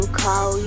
call